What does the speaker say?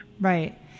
Right